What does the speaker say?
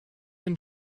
and